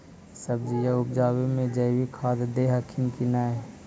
सब्जिया उपजाबे मे जैवीक खाद दे हखिन की नैय?